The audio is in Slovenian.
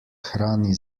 hrani